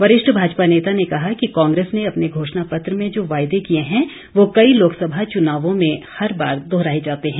वरिष्ठ भाजपा नेता ने कहा कि कांग्रेस ने अपने घोषणा पत्र में जो वायदे किए हैं वो कई लोकसभा चुनावों में हर बार दोहराये जाते हैं